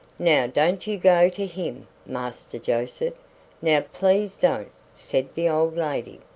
now don't you go to him, master joseph now please don't, said the old lady.